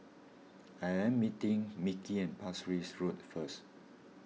I am meeting Mickey at Pasir Ris Road first